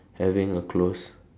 having a close